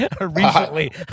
Recently